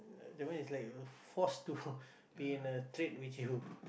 that one is like uh force to be in a trade which you